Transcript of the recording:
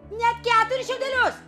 ne keturis šiaudelius